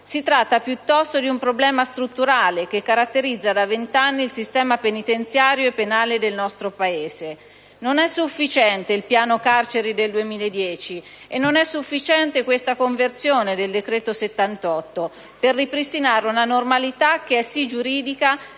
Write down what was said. si tratta piuttosto di un problema strutturale che caratterizza da 20 anni il sistema penitenziario e penale del nostro Paese. Non è sufficiente il piano carceri del 2010 e non è sufficiente la conversione del decreto-legge n. 78 al nostro esame per ripristinare una normalità che è sì giuridica